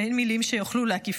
ואין מילים שיוכלו להקיפו.